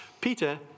Peter